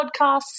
podcasts